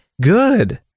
Good